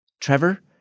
Trevor